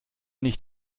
nicht